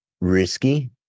risky